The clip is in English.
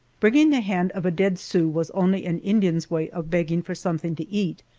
bringing the hand of a dead sioux was only an indian's way of begging for something to eat,